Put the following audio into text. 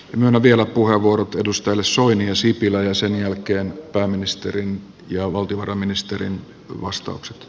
myönnän vielä puheenvuorot edustajille soini ja sipilä ja sen jälkeen pääministerin ja valtiovarainministerin vastaukset